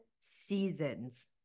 seasons